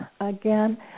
Again